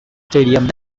stadium